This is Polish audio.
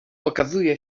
okazuje